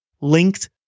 linked